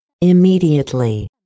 Immediately